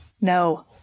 No